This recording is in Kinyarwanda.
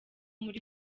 muri